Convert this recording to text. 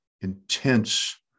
intense